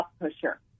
pusher